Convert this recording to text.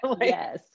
Yes